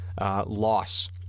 loss